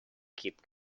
keep